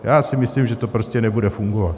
Já si myslím, že to prostě nebude fungovat.